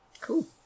Cool